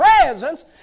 presence